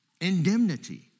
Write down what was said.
Indemnity